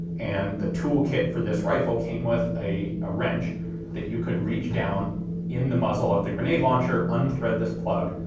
and the tool kit for this rifle came with a ah wrench that you could reach down in the muzzle of the grenade launcher, unthread this plug,